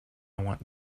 want